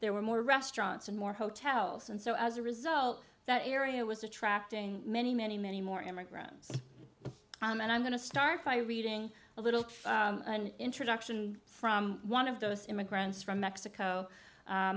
there were more restaurants and more hotels and so as a result that area was attracting many many many more immigrants and i'm going to start by reading a little introduction from one of those immigrants from mexico